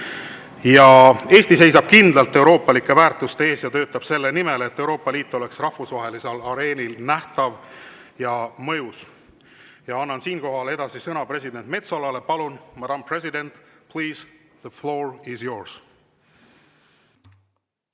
Eesti seisab kindlalt euroopalike väärtuste eest ja töötab selle nimel, et Euroopa Liit oleks rahvusvahelisel areenil nähtav ja mõjus. Annan siinkohal sõna president Metsolale, palun! Madam President, please, the floor is yours!